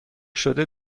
شده